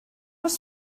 was